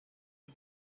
you